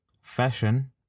fashion